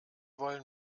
wollen